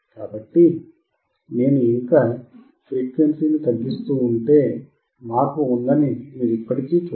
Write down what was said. కాబట్టి నేను ఇంకా తగ్గిస్తూ ఉంటే మార్పు ఉందని మీరు ఇప్పటికీ చూడవచ్చు